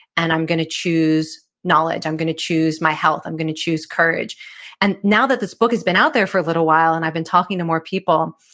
and i'm going to choose knowledge. i'm going to choose my health. i'm going to choose courage and now that this book has been out there for a little while and i've been talking to more people,